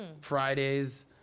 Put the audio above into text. Fridays